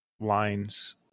lines